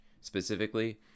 specifically